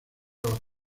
los